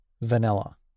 Vanilla